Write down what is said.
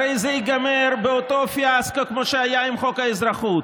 הרי זה ייגמר באותו פיאסקו כמו שהיה עם חוק האזרחות,